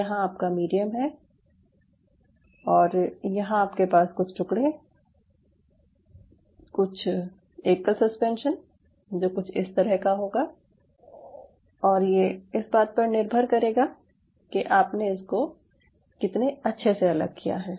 यहाँ आपका मीडियम है और यहाँ आपके पास कुछ टुकड़े कुछ एकल सस्पेंशन जो कुछ इस तरह का होगा और ये इस बात निर्भर करेगा कि आपने इसको कितने अच्छे से अलग किया है